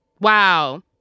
Wow